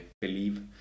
believe